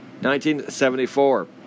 1974